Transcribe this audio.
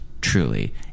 truly